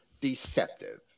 deceptive